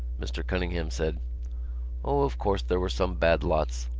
mr. cunningham said o, of course, there were some bad lots.